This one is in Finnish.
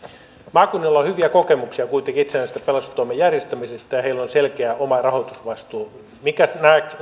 maakunnilla on hyviä kokemuksia kuitenkin itsenäisestä pelastustoimen järjestämisestä ja heillä on selkeä oma rahoitusvastuu mikä